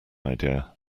idea